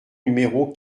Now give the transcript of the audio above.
numéro